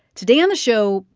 today on the show,